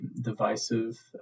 divisive